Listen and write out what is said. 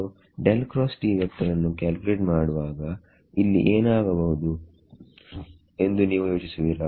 ಸೋನ್ನು calculate ಮಾಡುವಾಗ ಇಲ್ಲಿ ಏನಾಗಬಹುದು ಎಂದು ನೀವು ಯೋಚಿಸುವಿರಾ